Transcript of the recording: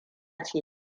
ce